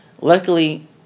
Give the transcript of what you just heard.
luckily